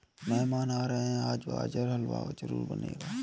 मेहमान आ रहे है, आज गाजर का हलवा जरूर बनेगा